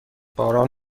باران